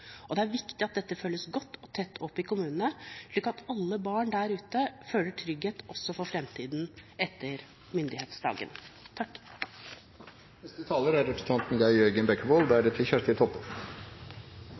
sin. Det er viktig at dette følges godt og tett opp i kommunene, slik at alle barn der ute føler trygghet, også for framtiden etter myndighetsdagen.